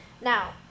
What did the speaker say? now